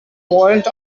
warrant